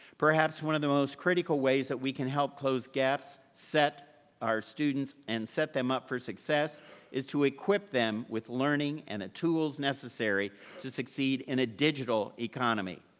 perhaps one of the most critical ways that we can help close gaps, set our students, and set them up for success is to equip them with learning and the tools necessary to succeed in a digital economy.